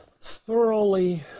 thoroughly